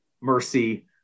mercy